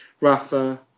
Rafa